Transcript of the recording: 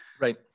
right